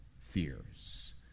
fears